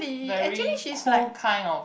very cool kind of